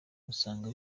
usanga